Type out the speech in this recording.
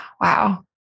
Wow